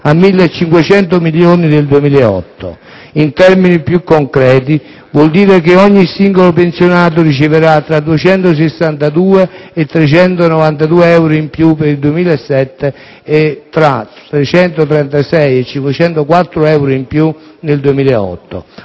a 1.500 milioni nel 2008. In termini più concreti, ciò significa che ogni singolo pensionato riceverà tra 262 e 392 euro in più per il 2007, e tra 336 e 504 euro in più nel 2008,